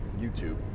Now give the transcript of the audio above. YouTube